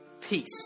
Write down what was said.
Peace